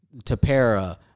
Tapera